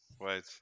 wait